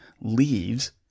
leaves